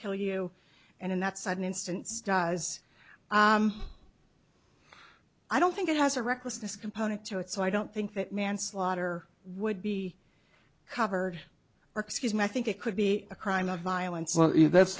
kill you and in that sudden instance does i don't think it has a recklessness component to it so i don't think that manslaughter would be covered or excuse me i think it could be a crime of violence well that's